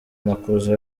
makuza